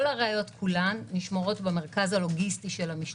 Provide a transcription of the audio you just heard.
כל הראיות כולן נשמרות במרכז הלוגיסטי של המשטרה.